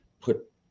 put